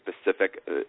specific